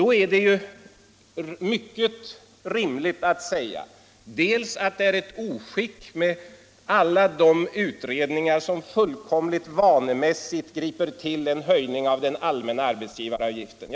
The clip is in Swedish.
Det är då också mycket rimligt att understryka att det är ett oskick att, som nu sker, utredningar helt vanemässigt griper till en höjning av den allmänna arbetsgivaravgiften.